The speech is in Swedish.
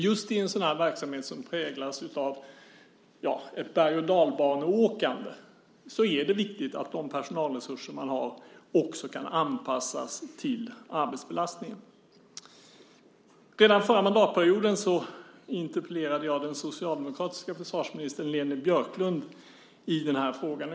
Just i en verksamhet som präglas av ett bergochdalbaneåkande är det viktigt att de personalresurser man har också kan anpassas till arbetsbelastningen. Redan förra mandatperioden interpellerade jag den socialdemokratiska försvarsministern Leni Björklund i den här frågan.